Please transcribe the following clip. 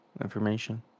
information